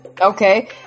Okay